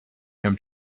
him